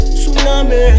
Tsunami